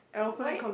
white